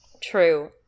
True